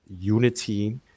unity